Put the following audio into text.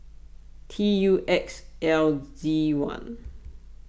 T U X L Z one